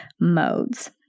modes